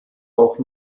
auch